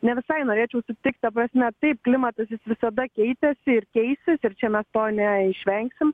ne visai norėčiau sutikt ta prasme taip klimatas visada keitėsi ir keisis ir čia mes to neišvengsim